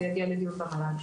זה יגיע לדיון במל"ג.